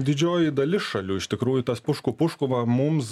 didžioji dalis šalių iš tikrųjų tas pušku pušku va mums